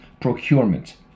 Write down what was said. procurement